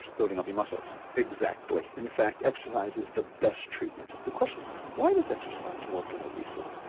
building up your muscles. exactly, in fact exercise is the best treatment. the question is why does exercise work in obesity?